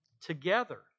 together